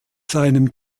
seinem